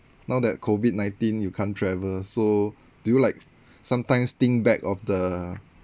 now that COVID nineteen you can't travel so do you like sometimes think back of the